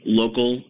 local